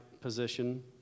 position